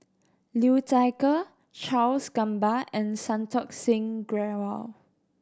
Liu Thai Ker Charles Gamba and Santokh Singh Grewal